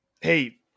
hey